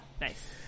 Nice